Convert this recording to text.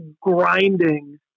grinding